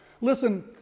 Listen